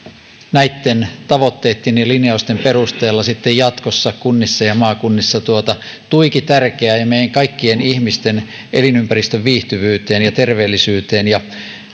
näitten tavoitteitten ja linjausten perusteella sitten jatkossa kunnissa ja maakunnissa tuota tuiki tärkeää ja meidän kaikkien ihmisten elinympäristön viihtyvyyteen ja terveellisyyteen ja